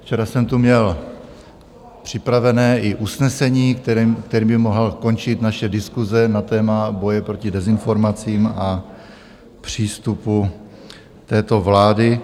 Včera jsem tu měl připravené i usnesení, kterým by mohla končit naše diskuse na téma boje proti dezinformacím a přístupu této vlády.